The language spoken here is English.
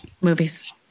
movies